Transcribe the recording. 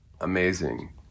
amazing